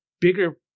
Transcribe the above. bigger